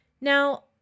Now